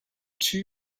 two